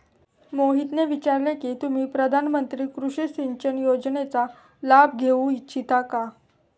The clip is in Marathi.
मोहितने विचारले की तुम्ही प्रधानमंत्री कृषि सिंचन योजनेचा लाभ घेऊ इच्छिता का?